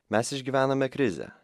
mes išgyvename krizę